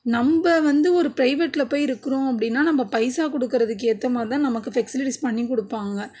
நம்ப வந்து ஒரு பிரைவேட்டில் போய் இருக்கிறோம் அப்படின்னா நம்ம பைசா கொடுக்குறதுக்கு ஏற்ற மாதிரி தான் நமக்கு ஃபெசிலிட்டிஸ் பண்ணிக் கொடுப்பாங்க